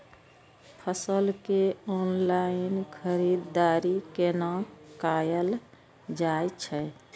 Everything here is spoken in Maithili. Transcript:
फसल के ऑनलाइन खरीददारी केना कायल जाय छै?